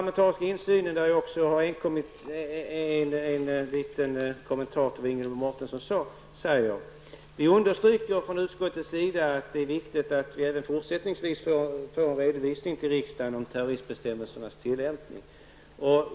Jag vill också göra en liten kommentar till det som Vi understryker från utskottets sida att det är viktigt att vi även fortsättningsvis får en redovisning till riksdagen om terroristbestämmelsernas tillämpning.